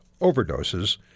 overdoses